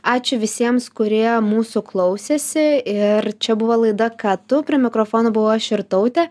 ačiū visiems kurie mūsų klausėsi ir čia buvo laida ką tu prie mikrofono buvau aš irtautė